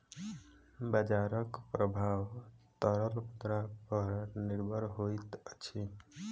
बजारक प्रभाव तरल मुद्रा पर निर्भर होइत अछि